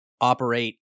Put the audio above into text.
operate